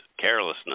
carelessness